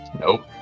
Nope